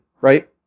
right